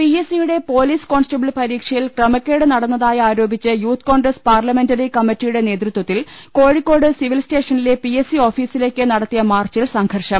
P S C യുടെ police constable പരീക്ഷയിൽ ക്രമക്കേട് നടന്നതായി ആരോപിച്ച് യൂത്ത് കോൺഗ്രസ് പാർലമെന്ററി കമ്മറ്റിയുടെ നേതൃത്വത്തിൽ കോഴിക്കോട് സിവിൽസ്റ്റേഷനിലെ പി എസ് സി ഓഫിസിലേക്ക് നടത്തിയ മാർച്ചിൽ സംഘർഷം